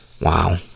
Wow